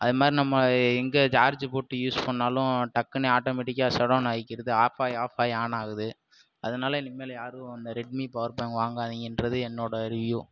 அது மாதிரி நம்ம எங்கே சார்ஜ் போட்டு யூஸ் பண்ணிணாலும் டக்குனு ஆட்டோமெட்டிக்காக ஷட் டவுனாகிக்கிது ஆஃப் ஆகி ஆஃப் ஆகி ஆன் ஆகுது அதனால இனிமேல் யாரும் அந்த ரெட்மி பவர் பேங்க் வாங்காதிங்ககிறது என்னோட ரிவ்யூ